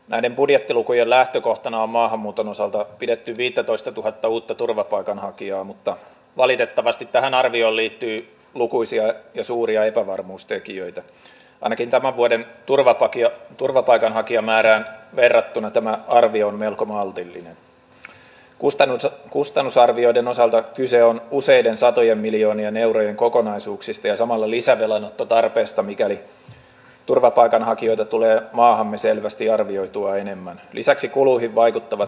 se on ehkä jäänyt tämän sote uudistuskeskustelun varjoon vähän liiaksikin mitä ne kunnat ovat ja myös se miten kuntien rahoitus nyt kun budjettikeskustelua käydään jatkossa toteutuu ottaen huomioon että nykyrahoituksesta sekä valtionosuuksista että verotuloista merkittävä osa käytetään sosiaali ja terveyspalveluihin joko itse välillisesti kuntayhtymän kautta tai rahoittamalla sairaanhoitopiirien kautta tulevia erikoissairaanhoidon palveluita